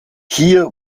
hier